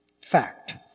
fact